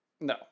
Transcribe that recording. no